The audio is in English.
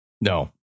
no